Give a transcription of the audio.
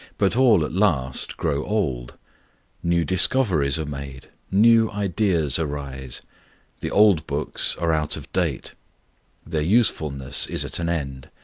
but all at last grow old new discoveries are made new ideas arise the old books are out of date their usefulness is at an end.